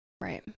right